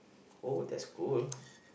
oh that's cool